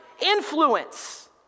influence